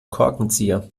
korkenzieher